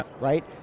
right